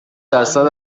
درصد